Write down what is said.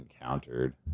encountered